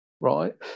right